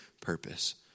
purpose